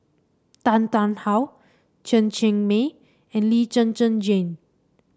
Tan Tarn How Chen Cheng Mei and Lee Zhen Zhen Jane